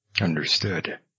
Understood